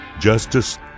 justice